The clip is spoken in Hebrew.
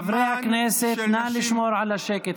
חברי הכנסת, נא לשמור על השקט.